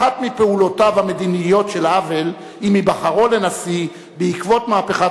אחת מפעולותיו המדיניות של האוול עם היבחרו לנשיא בעקבות "מהפכת